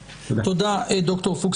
תודה, ד"ר פוקס.